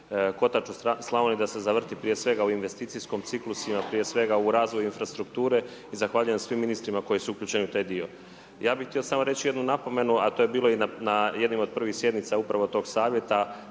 kotač u Slavniji da se zavrti prije svega u investicijskim ciklusima, prije svega u razvoju infrastrukture i zahvaljujem svim ministrima koji su uključeni u taj dio. Ja bih htio samo reći jednu napomenu, a to je bilo i na jednim od prvih sjednici upravo tog Savjeta,